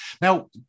Now